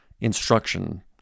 instruction